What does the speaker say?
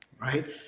right